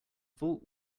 vault